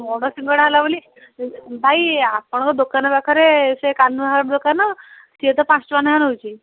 ବଡ଼ ସିଙ୍ଗଡା ହେଲା ବୋଲି ଭାଇ ଆପଣଙ୍କ ଦୋକାନ ପାଖରେ ସେ କାହ୍ନୁଆ ଘର ଦୋକାନ ସିଏ ତ ପାଞ୍ଚ୍ଟଙ୍କା ଲେଖାଁ ନେଉଛି